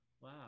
Wow